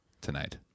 Tonight